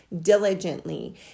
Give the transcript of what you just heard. diligently